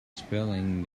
spelling